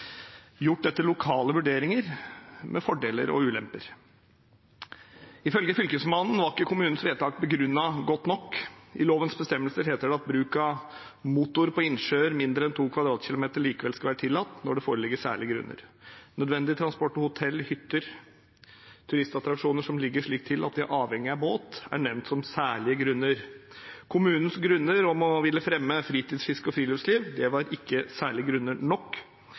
gjort etter lokale vurderinger, med fordeler og ulemper. Ifølge Fylkesmannen var ikke kommunens vedtak begrunnet godt nok. I lovens bestemmelser heter det at bruk av motor på innsjøer mindre enn 2 km 2 likevel skal være tillatt når det foreligger særlige grunner. Nødvendig transport til hotell, hytter og turistattraksjoner som ligger slik til at de er avhengige av båt, er nevnt som «særlige grunner». Kommunens grunner – å ville fremme fritidsfiske og friluftsliv – var ikke «særlige grunner» nok